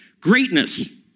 Greatness